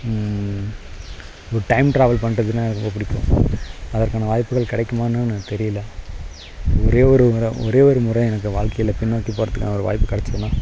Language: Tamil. ஒரு டைம் ட்ராவல் பண்ணுறதுன்னா எனக்கு ரொம்பப் பிடிக்கும் அதற்கான வாய்ப்புகள் கிடைக்குமான்னும் தெரியலை ஒரே ஒரு முறை ஒரே ஒரு முறை எனக்கு வாழ்க்கையில் பின்னோக்கிப் போறதுக்கான ஒரு வாய்ப்பு கிடச்சுதுன்னா